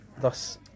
thus